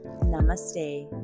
Namaste